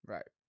Right